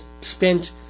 spent